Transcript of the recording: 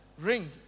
Ring